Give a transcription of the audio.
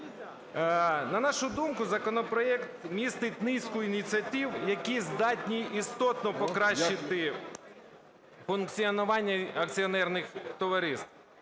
На нашу думку законопроект містить низку ініціатив, які здатні істотно покращити функціонування акціонерних товариств.